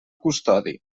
custodi